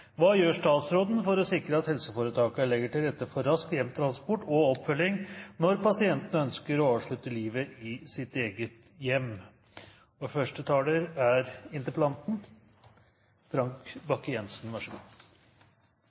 Hva gjør statsråden for at helseforetakene legger til rette for rask hjemtransport og oppfølging når pasienten ønsker å avslutte livet i sitt eget hjem? Pasienter som er